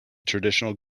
traditional